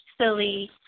silly